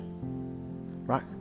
right